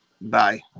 bye